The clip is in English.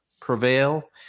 prevail